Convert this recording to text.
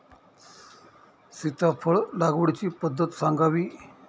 सीताफळ लागवडीची पद्धत सांगावी?